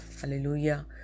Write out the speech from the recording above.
hallelujah